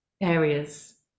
areas